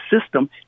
system